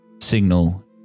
signal